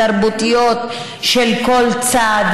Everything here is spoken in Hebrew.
התרבותיות של כל צד,